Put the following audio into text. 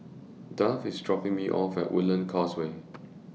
Duff IS dropping Me off At Woodlands Causeway